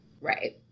Right